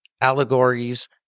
allegories